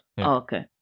Okay